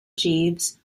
jeeves